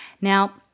Now